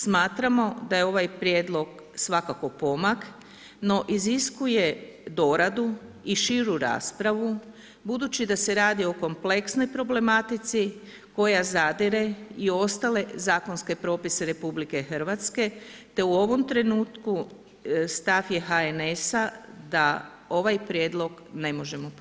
Smatramo da je ovaj Prijedlog svakako pomak, no iziskuje doradu i širu raspravu budući da se radi o kompleksnoj problematici koja zadire i u ostale zakonske propise RH, te u ovom trenutku stav je NHS-a da ovaj Prijedlog ne možemo podržati.